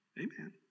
Amen